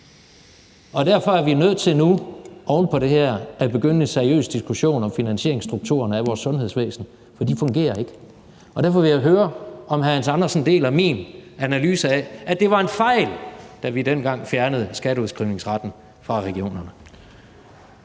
og derfor er vi oven på det her nu nødt til at begynde en seriøs diskussion om finansieringsstrukturerne af vores sundhedsvæsen, for de fungerer ikke. Og derfor vil jeg høre, om hr. Hans Andersen deler min analyse, nemlig at det var en fejl, at vi dengang fjernede skatteudskrivningsretten fra regionerne.